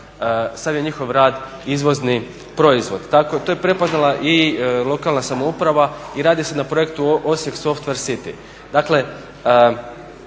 sav njihov rad izvozni proizvod. To je prepoznala i lokalna samouprava i radi se na projektu Osijek softver city.